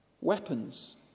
Weapons